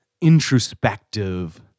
introspective